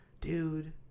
dude